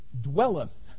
dwelleth